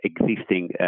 existing